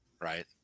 right